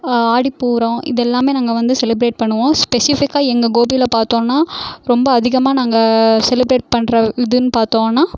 ஆடி பூரம் இதெல்லாமே நாங்கள் வந்து செலிபிரேட் பண்ணுவோம் ஸ்பெஷிஃபிக்காக எங்கள் கோபில பார்த்தோன்னா ரொம்ப அதிகமாக நாங்கள் செலிபிரேட் பண்ணுற இதுன்னு பார்த்தோன்னா